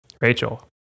rachel